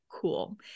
cool